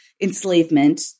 enslavement